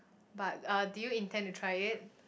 but uh did you intend to try it